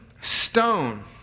stone